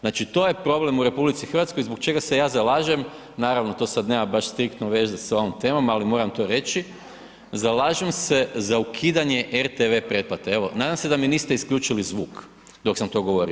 Znači to je problem u RH zbog čega se ja zalažem, naravno to sad nema baš striktno veze s ovom temom, ali moram to reći, zalažem se za ukidanje RTV pretplate, evo nadam se da mi niste isključili zvuk, dok sam to govorio.